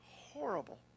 horrible